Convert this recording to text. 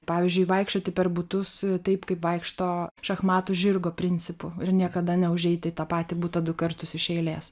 pavyzdžiui vaikščioti per butus taip kaip vaikšto šachmatų žirgo principu ir niekada neužeiti į tą patį butą du kartus iš eilės